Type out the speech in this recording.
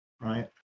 right